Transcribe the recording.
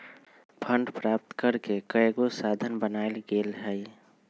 fund प्राप्त करेके कयगो साधन बनाएल गेल हइ